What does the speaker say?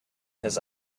his